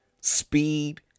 speed